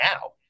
now